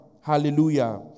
Hallelujah